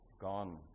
gone